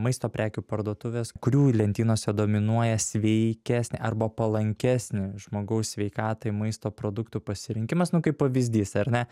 maisto prekių parduotuvės kurių lentynose dominuoja sveikesnė arba palankesnė žmogaus sveikatai maisto produktų pasirinkimas nu kaip pavyzdys ar ne